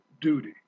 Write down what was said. duty